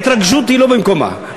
ההתרגשות היא לא במקומה,